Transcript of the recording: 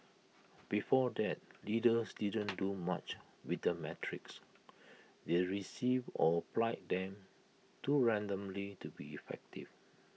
before that leaders didn't do much with the metrics they received or applied them too randomly to be effective